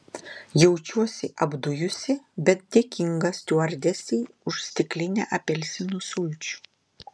jaučiuosi apdujusi bet dėkinga stiuardesei už stiklinę apelsinų sulčių